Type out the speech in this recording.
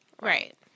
Right